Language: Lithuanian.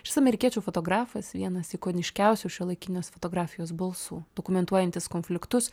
šis amerikiečių fotografas vienas ikoniškiausių šiuolaikinės fotografijos balsų dokumentuojantis konfliktus